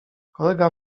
kolega